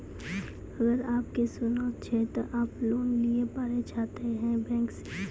अगर आप के सोना छै ते आप लोन लिए पारे चाहते हैं बैंक से?